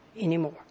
anymore